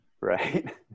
right